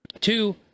two